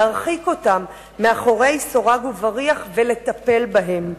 להרחיק אותם אל מאחורי סורג ובריח ולטפל בהם,